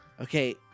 Okay